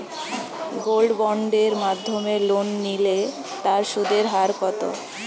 Gold বন্ডের মাধ্যমে loan নিলে তার সুদের হার কত?